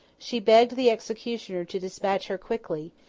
she begged the executioner to despatch her quickly,